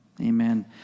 Amen